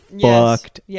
fucked